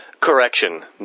Correction